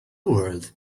world